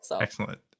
Excellent